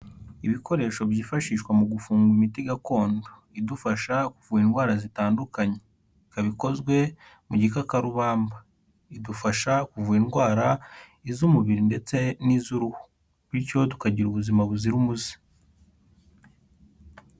Ibikoresho byifashishwa mu gufunga imiti gakondo idufasha kuvura indwara zitandukanye. Ikaba ikozwe mu gikakarubamba. Idufasha kuvura indwara, iz'umubiri ndetse n'iz'uruhu, bityo tukagira ubuzima buzira umuze.